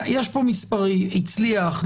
יש פה מספרים, הצליח?